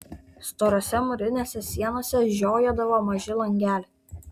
storose mūrinėse sienose žiojėdavo maži langeliai